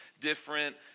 different